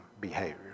behavior